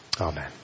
Amen